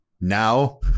Now